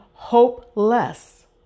hopeless